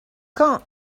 quand